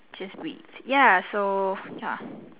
just wheat ya so ya